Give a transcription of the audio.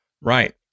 Right